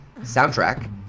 soundtrack